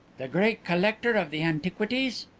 the great collector of the antiquities?